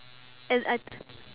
and I